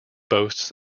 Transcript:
boasts